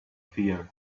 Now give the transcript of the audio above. fear